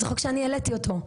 זה חוק שאני העליתי אותו.